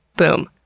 boom!